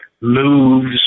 moves